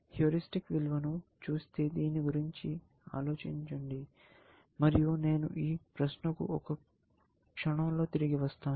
heuristic విలువలను చూస్తూ దీని గురించి ఆలోచించండి మరియు నేను ఈ ప్రశ్నకు ఒక క్షణంలో తిరిగి వస్తాను